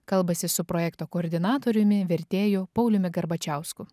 kalbasi su projekto koordinatoriumi vertėju pauliumi garbačiausku